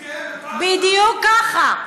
אני גאה, בדיוק ככה.